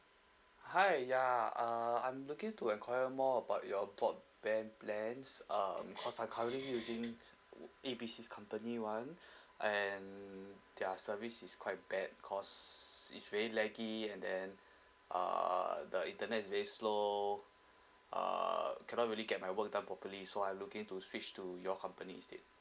hi ya uh I'm looking to enquire more about your broadband plans uh cause I'm currently using A B C's company [one] and their service is quite bad cause it's very laggy and then uh the internet is very slow uh cannot really get my work done properly so I'm looking to switch to your company instead